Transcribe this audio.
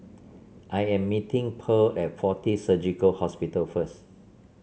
I am meeting Pearle at Fortis Surgical Hospital first